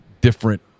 different